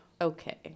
okay